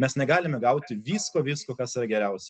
mes negalime gauti visko visko kas yra geriausiai